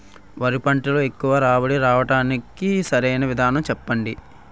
వరి పంటలో ఎక్కువ రాబడి రావటానికి సరైన విధానం చెప్పండి?